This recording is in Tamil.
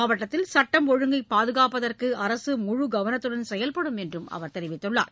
மாவட்டத்தில் சட்டம் ஒழுங்கை பாதுகாப்பதற்கு அரசு முழு கவனத்துடன் செயல்படும் என்று அவர் தெரிவித்தார்